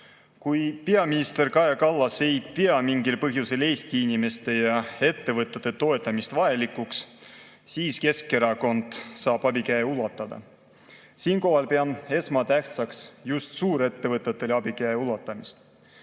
Kui peaminister Kaja Kallas ei pea mingil põhjusel Eesti inimeste ja ettevõtete toetamist vajalikuks, siis Keskerakond saab abikäe ulatada. Siinkohal pean esmatähtsaks just suurettevõtetele abikäe ulatamist.